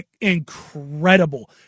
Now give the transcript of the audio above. incredible